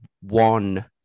one